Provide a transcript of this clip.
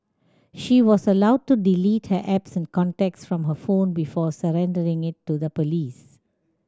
she was allowed to delete her apps and contacts from her phone before surrendering it to the police